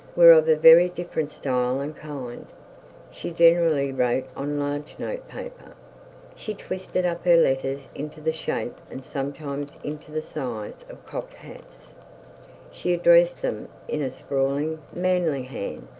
were of a very different style and kind. she generally wrote on large note-paper she twisted up her letter into the shape and sometimes into the size of cocked hats she addressed them in a sprawling manly hand,